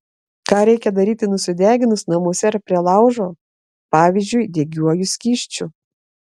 ką reikia daryti nusideginus namuose ar prie laužo pavyzdžiui degiuoju skysčiu